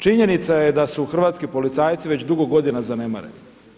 Činjenica je da su hrvatski policajci već dugo godina zanemareni.